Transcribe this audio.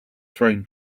thrown